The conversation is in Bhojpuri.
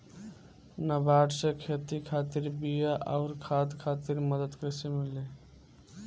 नाबार्ड से खेती खातिर बीया आउर खाद खातिर मदद कइसे मिली?